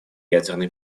ядерной